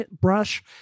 brush